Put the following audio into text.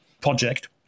project